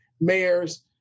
mayors